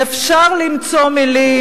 אפשר למצוא מלים,